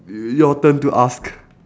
your turn to ask